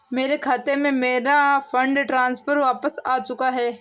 मेरे खाते में, मेरा फंड ट्रांसफर वापस आ चुका है